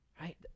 Right